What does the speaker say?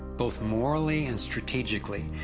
both morally and strategically,